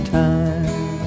time